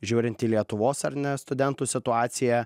žiūrint į lietuvos ar ne studentų situaciją